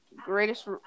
greatest